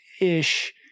ish